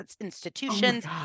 institutions